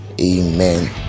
Amen